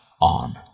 on